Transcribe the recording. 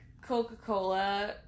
Coca-Cola